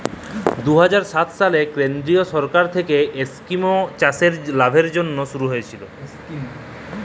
দু হাজার সাত সালে কেলদিরিয় সরকার থ্যাইকে ইস্কিমট চাষের লাভের জ্যনহে শুরু হইয়েছিল